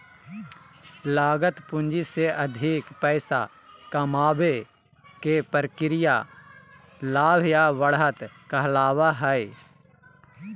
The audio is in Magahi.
लागत पूंजी से अधिक पैसा कमाबे के प्रक्रिया लाभ या बढ़त कहलावय हय